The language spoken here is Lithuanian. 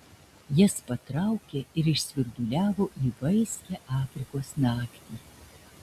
jas patraukė ir išsvirduliavo į vaiskią afrikos naktį